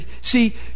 See